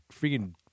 freaking